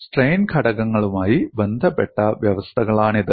strain ഘടകങ്ങളുമായി ബന്ധപ്പെട്ട വ്യവസ്ഥകളാണിത്